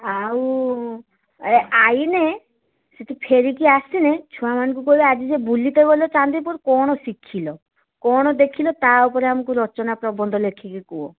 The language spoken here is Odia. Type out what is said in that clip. ଆଉ ଏ ଆଇନେ ସେଇଠି ଫେରିକି ଆସିନେ ଛୁଆମାନଙ୍କୁ କହିବା ଆଜି ଯେ ବୁଲିତେ ଗଲ ଚାନ୍ଦିପୁର କ'ଣ ଶିଖିଲ କ'ଣ ଦେଖିଲ ତା'ଉପରେ ଆମକୁ ରଚନା ପ୍ରବନ୍ଧ ଲେଖିକି କୁହ